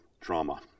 trauma